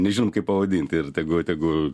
nežinom kaip pavadint ir tegu tegu